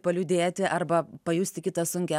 paliūdėti arba pajusti kitą sunkią